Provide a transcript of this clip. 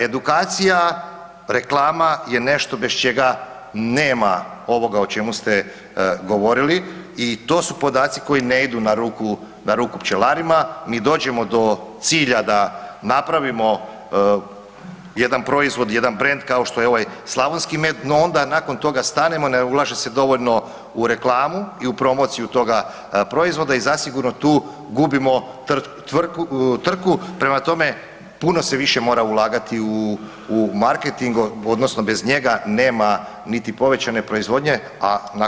Edukacija, reklama je nešto bez čega nema ovoga o čemu ste govorili i to su podaci koji ne idu na ruku pčelarima, mi dođemo do cilja da napravimo jedan proizvod, jedan brend kao što je ovaj slavonski med no onda nakon toga, stanemo, ne ulaže se dovoljno u reklamu i promociju toga proizvoda i zasigurno tu gubimo trku, prema tome puno se više mora ulagati u, u marketing odnosno bez njega nema niti povećane proizvodnje, a nakon toga ni povećane prodaje.